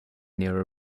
their